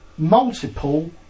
multiple